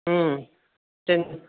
ம் சரிம்மா